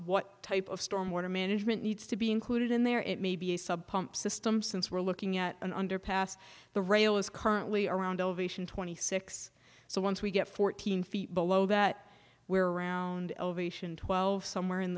what type of storm water management needs to be included in there it may be a sub pump system since we're looking at an underpass the rail is currently around elevation twenty six so once we get fourteen feet below that we're around elevation twelve somewhere in